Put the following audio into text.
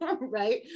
right